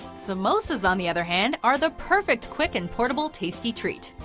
samosas on the other hand, are the perfect quick and portable tasty treat,